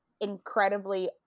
incredibly